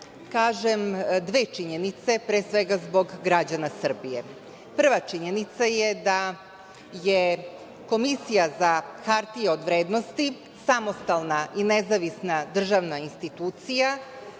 kažem dve činjenice, pre svega, zbog građana Srbije. Prva činjenica je da je Komisija za hartije od vrednosti samostalna i nezavisna državna institucija